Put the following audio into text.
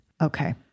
Okay